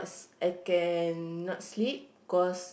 I cannot sleep cause